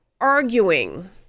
arguing